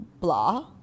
blah